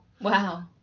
wow